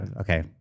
Okay